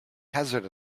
hazard